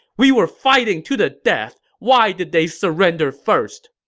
we were fighting to the death. why did they surrender first!